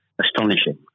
astonishing